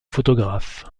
photographe